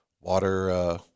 water